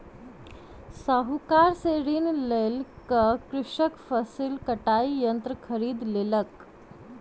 साहूकार से ऋण लय क कृषक फसिल कटाई यंत्र खरीद लेलक